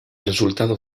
resultado